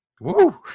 Woo